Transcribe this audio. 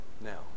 Now